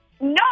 No